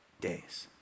days